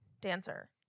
Dancer